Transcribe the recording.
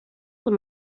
con